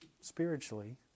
spiritually